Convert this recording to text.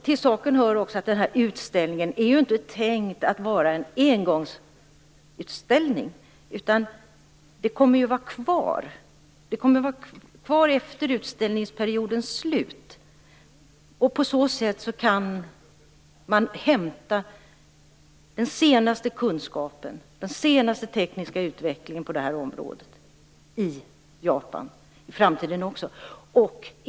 Till saken hör också att utställningen inte är tänkt att vara en engångsutställning, utan den kommer att vara kvar efter utställningsperiodens slut. På så sätt kan man hämta den senaste kunskapen och den senaste tekniska utvecklingen på det här området i Japan i framtiden också.